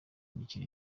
imikino